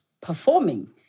performing